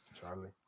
Charlie